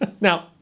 Now